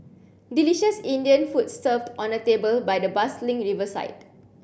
delicious Indian food served on a table by the bustling riverside